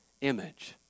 image